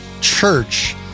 church